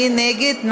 מי נגד?